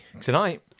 tonight